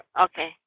Okay